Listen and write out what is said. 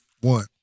one